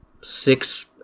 six